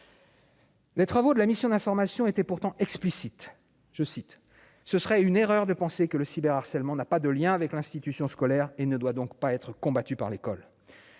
Les travaux de la mission d'information était pourtant explicite, je cite : ce serait une erreur de penser que le cyber harcèlement n'a pas de lien avec l'institution scolaire et ne doit donc pas être combattue par l'école.